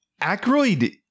Ackroyd